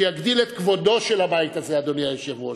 שיגדיל את כבודו של הבית הזה, אדוני היושב-ראש,